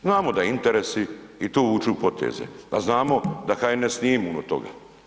Znamo da interesi, i tu vuču poteze, a znamo da HNS nije imun od toga.